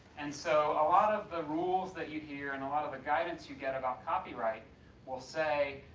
and so a lot of the rules that you hear and a lot of the guidance you get about copyright will say,